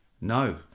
no